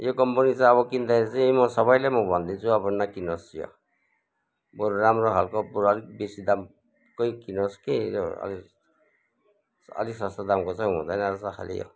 यो कम्पनी चाहिँ अब किन्दाखेरि चाहिँ म सबैलाई म भन्दिन्छु नकिन्नोस् यो बरू राम्रो खालको बरू अलिक बेसी दामकै किन्नोस् कि यो अलिक अलिक सस्तो दामको चाहिँ हुँदैन रहेछ खालि यो